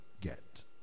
get